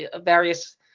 various